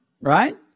right